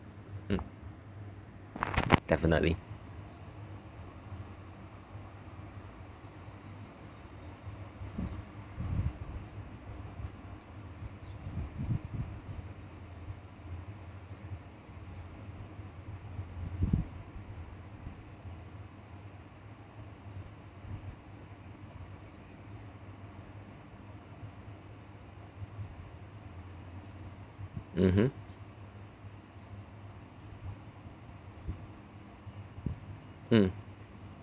mm definitely mmhmm mm